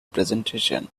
presentation